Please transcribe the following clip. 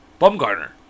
Bumgarner